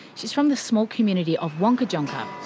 she's from the small community of wangkatjungka.